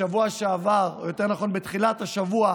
בשבוע שעבר, או יותר נכון בתחילת השבוע,